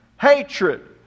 hatred